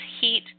heat